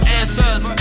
answers